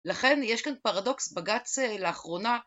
לכן יש כאן פרדוקס בג"ץ לאחרונה..